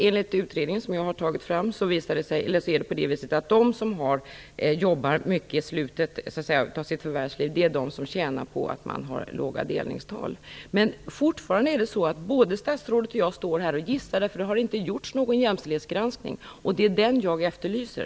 Enligt utredningen, som jag har tagit fram, är det de som jobbar mycket i slutet av sitt förvärvsliv som tjänar på låga delningstal. Både statsrådet och jag står fortfarande här och gissar. Det har inte gjorts någon jämställdhetsgranskning. Det är den jag efterlyser.